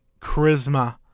charisma